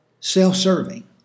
self-serving